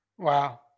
Wow